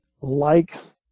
likes